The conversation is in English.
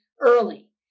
early